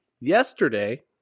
yesterday